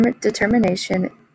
determination